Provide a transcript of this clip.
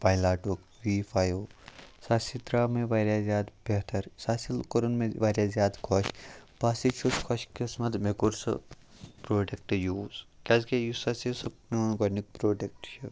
پایلاٹُک وی فایِو سُہ ہاسے درٛاو مےٚ واریاہ زیادٕ بہتر سُہ ہاسے کوٚرُن مےٚ واریاہ زیادٕ خوش بہٕ ہاسے چھُس خوش قسمَت مےٚ کوٚر سُہ پرٛوٚڈَکٹ یوٗز کیٛازِکہِ یُس ہاسے سُہ میون گۄڈٕنیُک پرٛوٚڈَکٹ چھِ